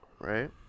right